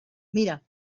mira